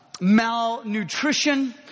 malnutrition